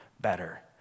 better